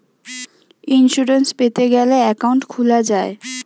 insurance পেতে গ্যালে account খুলা যায়